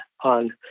on